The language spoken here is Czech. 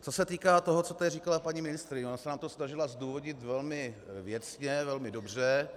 Co se týká toho, co tady říkala paní ministryně, ona se nám to snažila zdůvodnit velmi věcně, velmi dobře.